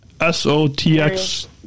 S-O-T-X